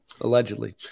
Allegedly